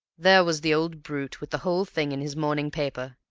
there was the old brute with the whole thing in his morning paper.